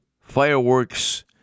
fireworks